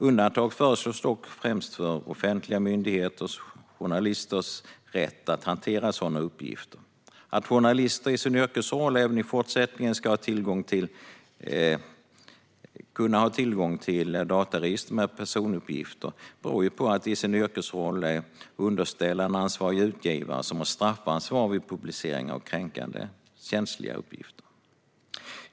Undantag föreslås dock främst för offentliga myndigheters och journalisters rätt att hantera sådana uppgifter. Att journalister i sin yrkesroll även i fortsättningen ska ha tillgång till dataregister med personuppgifter beror på att de i sin yrkesroll är underställda en ansvarig utgivare som har straffansvar vid publicering av kränkande och känsliga uppgifter.